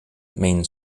means